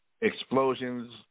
explosions